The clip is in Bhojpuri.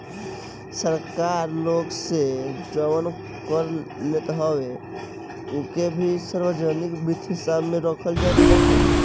सरकार लोग से जवन कर लेत हवे उ के भी सार्वजनिक वित्त हिसाब में रखल जात बाटे